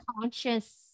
conscious